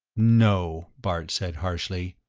no, bart said, harshly,